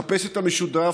לחפש את המשותף,